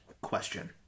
question